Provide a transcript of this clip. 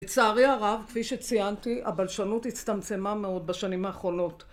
לצערי הרב, כפי שציינתי, הבלשנות הצטמצמה מאוד בשנים האחרונות